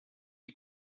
die